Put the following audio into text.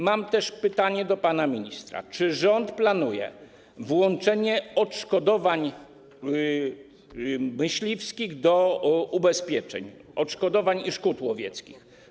Mam też pytanie do pana ministra: Czy rząd planuje włączenie odszkodowań myśliwskich do ubezpieczeń - odszkodowań i szkód łowieckich?